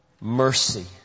mercy